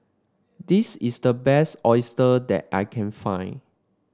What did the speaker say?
this is the best oyster that I can find